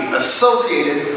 associated